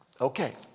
Okay